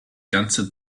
ganze